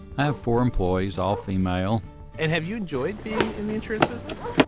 i have four employees all female and have you enjoyed being in the insurance business.